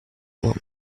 want